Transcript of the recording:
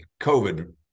COVID